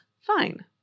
fine